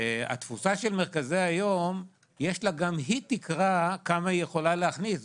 התפוסה של מרכזי היום יש לה גם היא תקרה כמה היא יכולה להכניס.